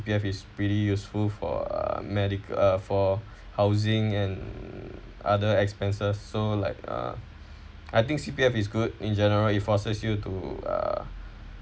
C_P_F is pretty useful for uh medica~ uh for housing and other expenses so like uh I think C_P_F is good in general it forces you to uh